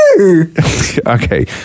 Okay